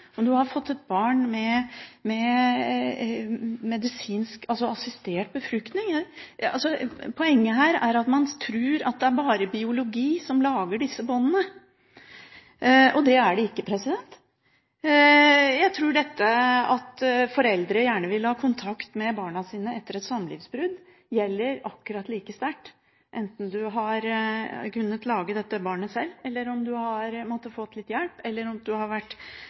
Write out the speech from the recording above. om du har fått et barn ved assistert befruktning. Poenget her er at man tror at det bare er biologi som lager disse båndene, og det er det ikke. Jeg tror at det at foreldre gjerne vil ha kontakt med barna sine etter et samlivsbrudd, gjelder akkurat like sterkt enten du har kunnet lage dette barnet selv, har måttet få litt hjelp eller har vært